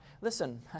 listen